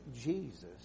Jesus